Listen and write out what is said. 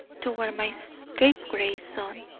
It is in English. toward my scapegrace son.